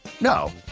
No